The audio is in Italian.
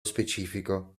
specifico